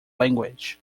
language